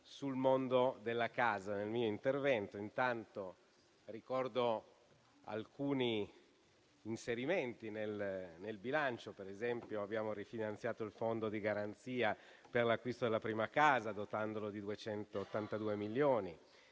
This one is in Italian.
sul mondo della casa. Intanto ricordo alcuni inserimenti nel bilancio: per esempio, abbiamo rifinanziato il fondo di garanzia per l'acquisto della prima casa, dotandolo di 282 milioni,